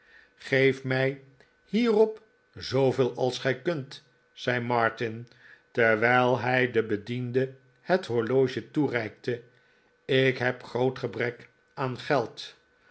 geef mij hierop zooveel als gij kunt zei martin terwijl hij den bediende het horloge toereikte ik heb groot gebrek aan geld